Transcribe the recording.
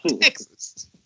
Texas